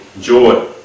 joy